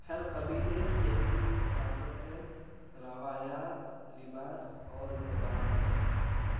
ہر قبیلے کی اپنی ثقافت ہے روایات لباس اور زبان ہے